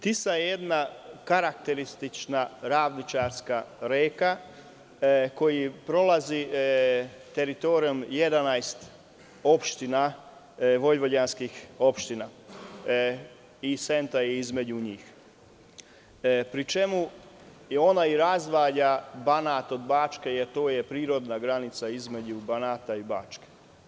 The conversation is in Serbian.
Tisa je jedna karakteristična ravničarska reka, koja prolazi kroz teritorije 11 Vojvođanskih opština i Senta je između njih, pri čemu ona i razdvaja Banat od Bačke, jer to je prirodna granica između Banata i Bačke.